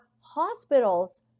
hospitals